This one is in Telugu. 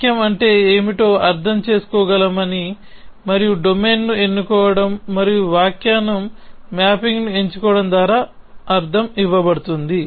వాక్యం అంటే ఏమిటో మనం అర్థం చేసుకోగలమని మరియు డొమైన్ను ఎన్నుకోవడం మరియు వ్యాఖ్యాన మ్యాపింగ్ను ఎంచుకోవడం ద్వారా అర్ధం ఇవ్వబడుతుంది